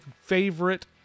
favorite